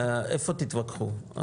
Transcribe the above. איפה תתווכחו?